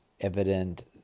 evident